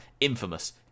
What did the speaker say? Infamous